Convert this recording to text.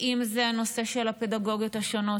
ואם זה הנושא של הפדגוגיות השונות,